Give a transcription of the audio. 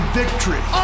victory